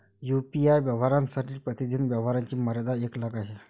UPI व्यवहारांसाठी प्रतिदिन व्यवहारांची मर्यादा एक लाख आहे